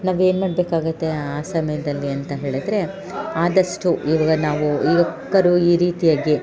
ನಾವು ಏನು ಮಾಡಬೇಕಾಗುತ್ತೆ ಆ ಸಮಯದಲ್ಲಿ ಅಂತ ಹೇಳಿದರೆ ಆದಷ್ಟು ಇವಾಗ ನಾವು ಈಗ ಕುಕ್ಕರು ಈ ರೀತಿಯಾಗಿ